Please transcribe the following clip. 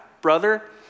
brother